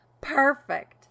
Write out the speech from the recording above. Perfect